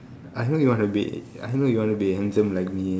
I know you want to be I know you want to be handsome like me